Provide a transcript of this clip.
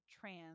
trans